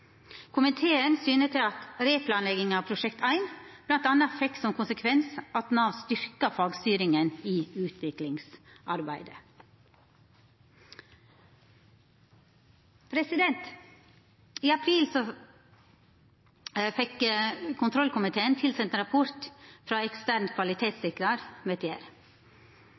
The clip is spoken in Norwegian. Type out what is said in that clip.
Komiteen syner til at replanlegginga av Prosjekt 1 bl.a. fekk som konsekvens at Nav styrkte fagstyringa i utviklingsarbeidet. I april fekk kontrollkomiteen tilsendt rapporten frå